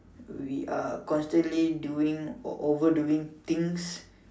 we are constantly doing over doing things